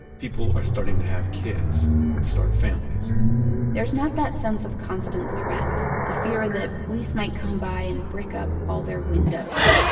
people are starting to have kids and start families there's not that sense of constant threat. the fear that police might come by and brick up all their windows.